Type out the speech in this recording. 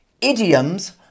idioms